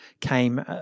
came